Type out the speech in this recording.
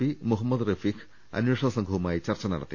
P Muhammad Rafeeq അന്വേഷണ സംഘവുമായി ചർച്ച നടത്തി